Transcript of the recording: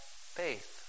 faith